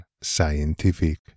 scientific